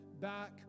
back